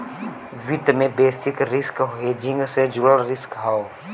वित्त में basis risk hedging से जुड़ल रिस्क हौ